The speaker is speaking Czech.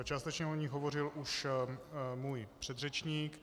Částečně o nich hovořil už můj předřečník.